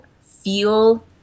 feel